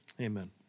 amen